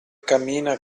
cammina